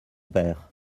père